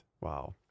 Wow